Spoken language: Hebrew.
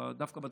דווקא בתוכנית,